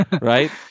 Right